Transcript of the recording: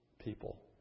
people